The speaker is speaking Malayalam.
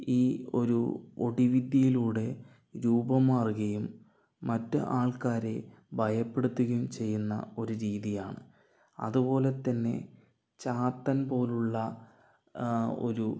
ഈ ഒരു ഒടി വിദ്യയിലൂടെ രൂപം മാറുകയും മറ്റ് ആൾക്കാരെ ഭയപ്പെടുത്തുകയും ചെയ്യുന്ന ഒരു രീതിയാണ് അതുപോലെ തന്നെ ചാത്തൻ പോലുള്ള ഒരു